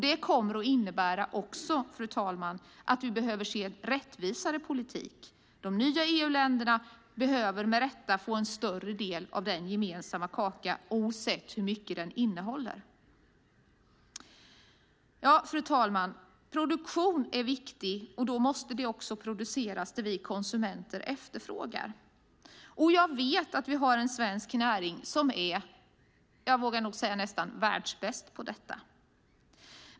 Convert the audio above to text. Det innebär att vi behöver se en rättvisare politik. De nya EU-länderna behöver, med rätta, få en större del av den gemensamma kakan, oavsett hur mycket den innehåller. Fru talman! Produktion är viktigt, och då måste det produceras sådant som vi konsumenter efterfrågar. Jag vet att vi har en svensk näring som jag vågar säga är nästan världsbäst på detta.